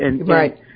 right